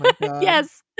Yes